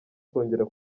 kongera